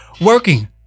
working